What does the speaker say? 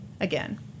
again